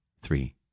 three